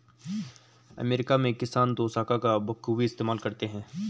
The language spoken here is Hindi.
अमेरिका में किसान दोशाखा का बखूबी इस्तेमाल करते हैं